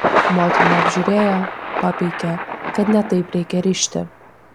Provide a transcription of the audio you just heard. motina apžiūrėjo papeikė kad ne taip reikia rišti